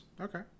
Okay